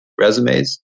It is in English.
resumes